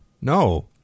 no